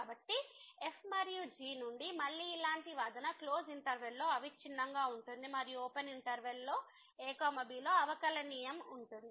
కాబట్టి f మరియు g నుండి మళ్ళీ ఇలాంటి వాదన క్లోజ్ ఇంటర్వెల్ లో అవిచ్ఛిన్నంగా ఉంటుంది మరియు ఓపెన్ ఇంటర్వెల్ లోa b లో అవకలనియమం ఉంటుంది